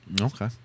Okay